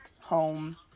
home